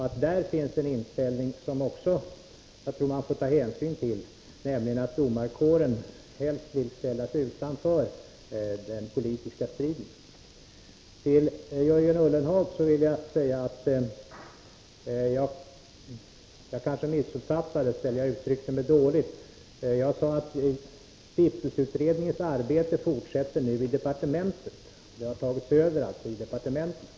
Det finns där en inställning som man också skall ta hänsyn till, nämligen att domarkåren helst vill ställa sig utanför den politiska striden. Jag vill säga till Jörgen Ullenhag att jag kanske missuppfattades eller uttryckte mig dåligt. Jag sade att stiftelseutredningens arbete nu fortsätter i departementet. Det har alltså tagits över av departementet.